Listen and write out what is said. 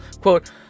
Quote